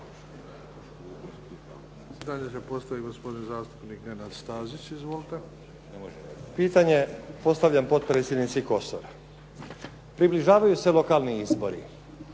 Pitanje postavljam potpredsjednici Kosor. Približavaju se lokalni izbori,